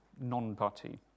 non-party